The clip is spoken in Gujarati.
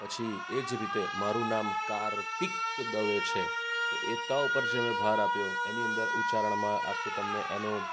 પછી એ જ રીતે મારું નામ કારતીક દવે છે તો એક ત ઉપર જે મેં ભાર આપ્યો એની અંદર ઉચ્ચારણમાં આખું તમને એનો